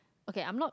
okay I'm not